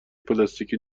پلاستیکی